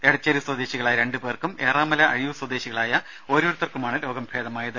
എടച്ചേരി സ്വദേശികളായ രണ്ട് പേർക്കും ഏറാമല അഴിയൂർ സ്വദേശികളായ ഓരോരുത്തർക്കുമാണ് രോഗം ഭേദമായത്